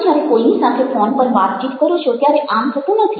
તમે જ્યારે કોઈની સાથે ફોન પર વાતચીત કરો છો ત્યારે આમ થતું નથી